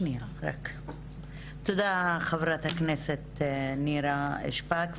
תודה, חברת הכנסת נירה שפק.